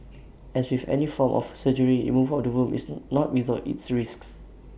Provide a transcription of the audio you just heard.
as with any form of surgery removal of the womb is not without its risks